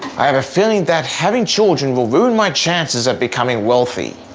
i have a feeling that having children will ruin my chances of becoming wealthy